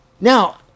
Now